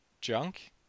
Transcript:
junk